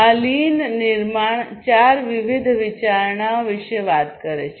આ લીન નિર્માણ ચાર વિવિધ વિચારણાઓ વિશે વાત કરે છે